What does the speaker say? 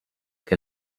che